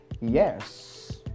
Yes